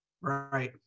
Right